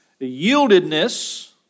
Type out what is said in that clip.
yieldedness